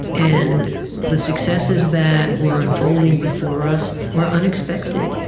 and the successes that were unfolding before us were unexpected.